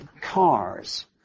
cars